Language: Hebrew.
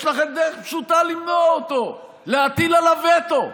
יש לכן דרך פשוטה למנוע אותו, להטיל עליו וטו.